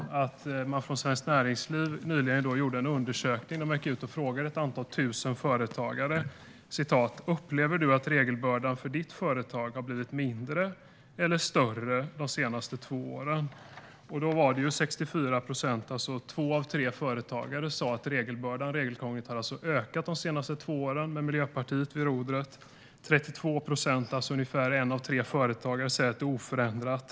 Man har från Svenskt Näringsliv nyligen gjort en undersökning där man gick ut och frågade ett antal tusen företagare: Upplever du att regelbördan för ditt företag har blivit mindre eller större de senaste två åren? Det var 64 procent, två av tre företagare, som sa att regelbördan och regelkrånglet har ökat de senaste två åren med Miljöpartiet vid rodret. Det är 32 procent, ungefär en av tre företagare, som säger att läget är oförändrat.